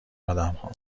آدمها